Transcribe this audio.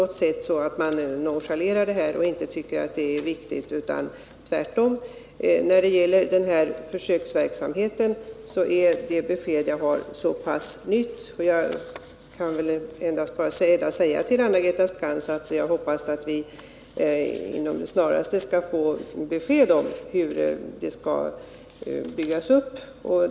Man nonchalerar inte på något sätt detta, tvärtom. Det besked jag har om försöksverksamheten är så pass nytt att jag bara kan säga till Anna-Greta Skantzatt jag hoppas att vi snarast skall få besked om hur den skall byggas upp.